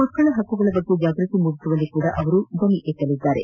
ಮಕ್ಕಳ ಹಕ್ಕುಗಳ ಬಗ್ಗೆ ಜಾಗೃತಿ ಮೂಡಿಸುವಲ್ಲಿಯೂ ಅವರು ದ್ದನಿ ಎತ್ತಲಿದ್ದಾರೆ